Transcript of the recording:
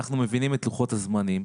אנחנו מבינים את לוחות הזמנים,